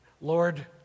Lord